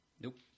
nope